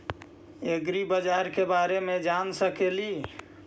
ऐग्रिबाजार के बारे मे जान सकेली?